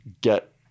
get